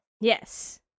Yes